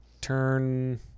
turn